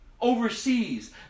overseas